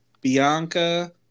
Bianca